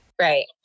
Right